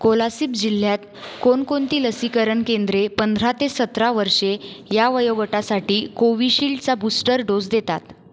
कोलासिब जिल्ह्यात कोणकोणती लसीकरण केंद्रे पंधरा ते सतरा वर्षे या वयोगटासाठी कोविशिल्डचा बूस्टर डोस देतात